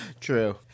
True